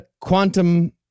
quantum